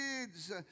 kids